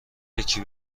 یکی